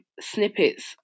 snippets